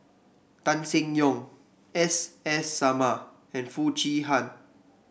Tan Seng Yong S S Sarma and Foo Chee Han